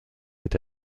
est